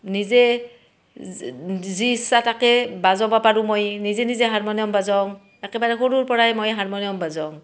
নিজে যি যি ইচ্ছা তাকে বাজবা পাৰো মই নিজে নিজে হাৰমনিয়াম বাজাও একেবাৰে সৰুৰ পৰাই মই হাৰমনিয়াম বাজাও